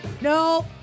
No